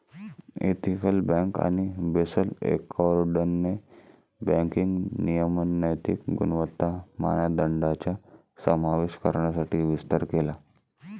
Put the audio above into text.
ethical bank आणि Basel एकॉर्डने banking नियमन नैतिक गुणवत्ता मानदंडांचा समावेश करण्यासाठी विस्तार केला